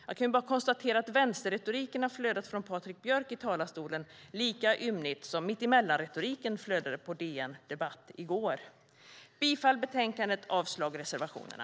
Jag kan bara konstatera att vänsterretoriken har flödat från Patrik Björck i talarstolen lika ymnigt som mittemellanretoriken flödade på DN Debatt i går. Jag yrkar bifall till förslaget i betänkandet och avslag på reservationerna.